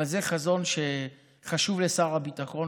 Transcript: אבל זה חזון שחשוב לשר הביטחון,